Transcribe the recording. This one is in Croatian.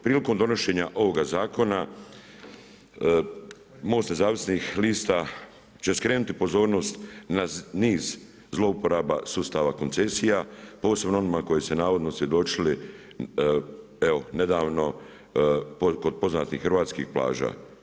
Prilikom donošenja ovoga zakona MOST Nezavisnih lista će skrenuti pozornost na niz zlouporaba sustava koncesija posebno onim koji … svjedočili, evo nedavno, kod poznatih hrvatskih plaža.